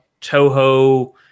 Toho